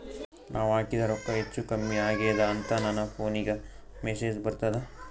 ನಾವ ಹಾಕಿದ ರೊಕ್ಕ ಹೆಚ್ಚು, ಕಮ್ಮಿ ಆಗೆದ ಅಂತ ನನ ಫೋನಿಗ ಮೆಸೇಜ್ ಬರ್ತದ?